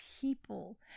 people